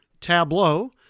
tableau